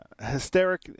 hysteric